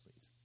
Please